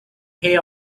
hay